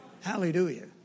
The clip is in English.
Hallelujah